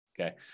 Okay